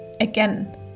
again